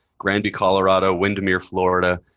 granby, colorado, windermere, florida,